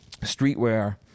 streetwear